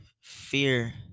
fear